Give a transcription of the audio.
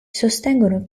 sostengono